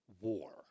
war